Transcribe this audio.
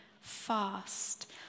fast